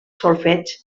solfeig